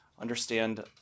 understand